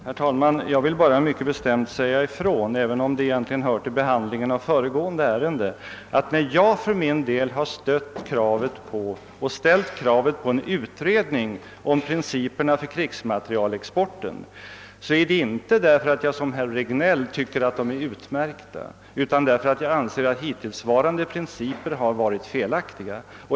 Herr talman! Jag vill bara mycket bestämt säga ifrån — även om det egentligen hör till behandlingen av föregående ärende — att när jag för min del har ställt kravet på en utredning om principerna för krigsmaterielexporten, så är det inte därför att jag, som herr Regnéll, tycker att hittillsvarande principer är utmärkta, utan därför att jag anser dem vara felaktiga.